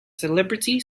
celebrity